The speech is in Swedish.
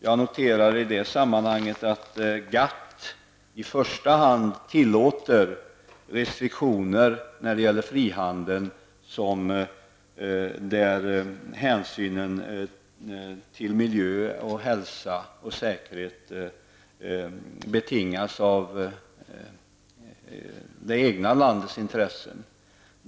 Jag noterar i sammanhanget att GATT i första hand tillåter restriktioner när det gäller frihandeln där hänsyn till miljö, hälsa och säkerhet betingas av det egna landets intressen.